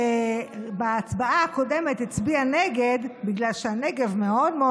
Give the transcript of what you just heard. שבהצבעה הקודמת הצביעה נגד בגלל שהנגב מאוד מאוד